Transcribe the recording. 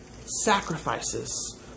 Sacrifices